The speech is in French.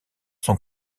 son